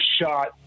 shot